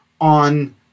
on